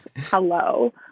hello